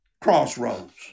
Crossroads